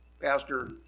pastor